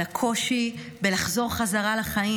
על הקושי לחזור חזרה לחיים.